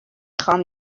خوام